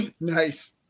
nice